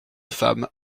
femmes